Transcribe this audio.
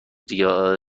بیمار